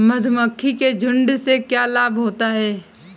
मधुमक्खी के झुंड से क्या लाभ होता है?